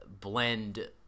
blend